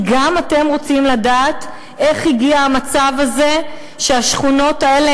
כי גם אתם רוצים לדעת איך הגיע המצב הזה שהשכונות האלה